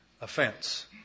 offense